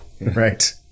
right